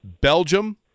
belgium